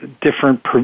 different